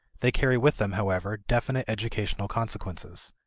they carry with them, however, definite educational consequences.